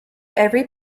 every